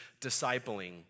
discipling